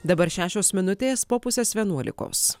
dabar šešios minutės po pusės vienuolikos